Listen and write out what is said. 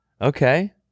okay